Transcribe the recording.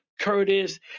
curtis